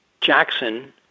Jackson